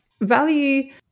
value